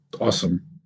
Awesome